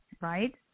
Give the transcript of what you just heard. right